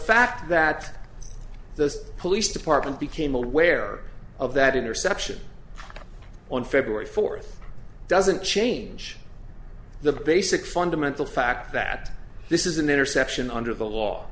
fact that the police department became aware of that interception on february fourth doesn't change the basic fundamental fact that this is an interception under the law